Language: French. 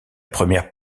première